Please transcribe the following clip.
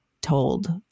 told